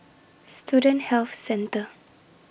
Student Health Centre